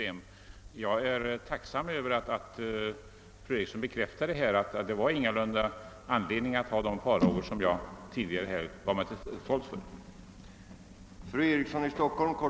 Jag är tacksam över att fru Eriksson i Stockholm bekräftade att det inte fanns anledning att hysa de farhågor som jag tidigare gjorde mig till tolk för.